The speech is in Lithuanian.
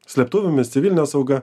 slėptuvėmis civiline sauga